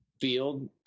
field